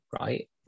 right